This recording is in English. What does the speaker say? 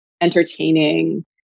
entertaining